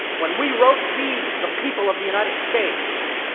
when we wrote we the people of the united states,